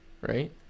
right